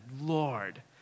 Lord